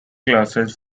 classes